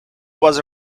was